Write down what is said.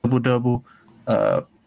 double-double